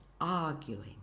arguing